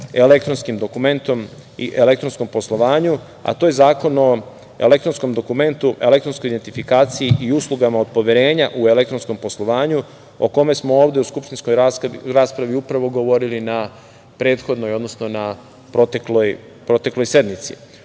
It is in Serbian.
elektronskim dokumentom i elektronskom poslovanju, a to je Zakon o elektronskom dokumentu, elektronskoj identifikaciji i uslugama od poverenja u elektronskom poslovanju o kome smo ovde u skupštinskoj raspravi upravo govorili na prethodnoj, odnosno na protekloj sednici.